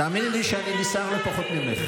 תאמיני לי שאני נסער לא פחות ממך.